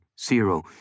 Zero